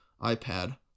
iPad